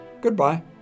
goodbye